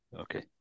Okay